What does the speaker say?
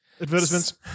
advertisements